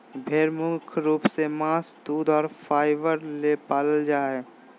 भेड़ मुख्य रूप से मांस दूध और फाइबर ले पालल जा हइ